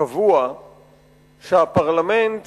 קבוע שהפרלמנט